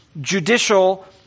judicial